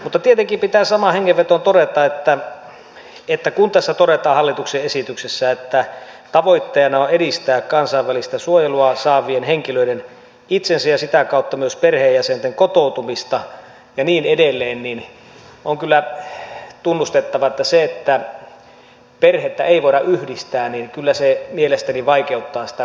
mutta tietenkin pitää samaan hengenvetoon todeta että kun tässä todetaan hallituksen esityksessä että tavoitteena on edistää kansainvälistä suojelua saavien henkilöiden itsensä ja sitä kautta myös perheenjäsenten kotoutumista ja niin edelleen niin on kyllä tunnustettava että se että perhettä ei voida yhdistää kyllä mielestäni vaikeuttaa sitä kotouttamista